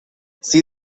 see